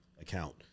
account